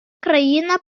країна